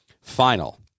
final